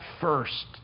first